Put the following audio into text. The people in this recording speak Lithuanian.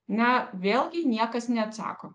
na vėlgi niekas neatsako